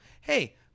Hey